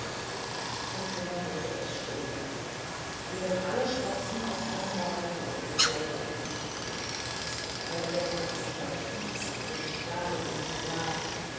im zimmer wurde es still wie wenn alle spatzen aus einem baum fortgeflogen sind alle gäste verstanden daß der prinz dagewesen war